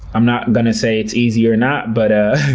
i'm not gonna say it's easy or not, but